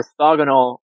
orthogonal